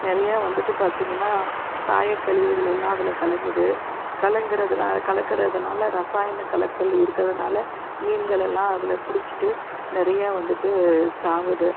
நிறைய வந்துட்டு பார்த்திங்கன்னா சாயக்கழிவுகள் எல்லாம் அதில் கலங்குது கலங்கிறதுனா கலக்கிறதுனால ரசாயன கலக்கல் இருக்கிறதுனால மீன்கள் எல்லாம் அதில் குடிச்சுட்டு நிறைய வந்துட்டு சாகுது